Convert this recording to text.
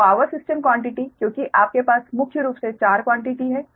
तो power system quantity क्योंकि आपके पास मुख्य रूप से चार क्वान्टिटी हैं